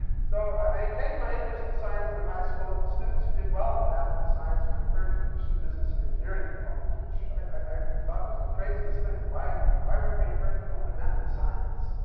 so, i maintained my interest in science through high school. students who did well in math and science were encouraged to pursue business and engineering in college, which i thought was the craziest thing. why why weren't we encouraged to go into math and science?